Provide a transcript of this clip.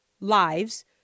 lives